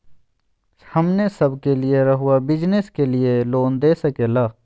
हमने सब के लिए रहुआ बिजनेस के लिए लोन दे सके ला?